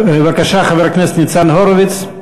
חבר הכנסת ניצן הורוביץ,